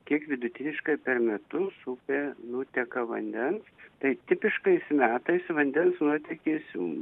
kiek vidutiniškai per metus upe nuteka vandens tai tipiškais metais vandens nuotėkis